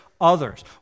others